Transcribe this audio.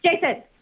Jason